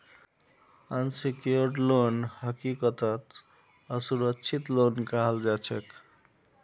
unsecured loan हकीकतत असुरक्षित loan कहाल जाछेक